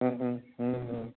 હમ હમ હમ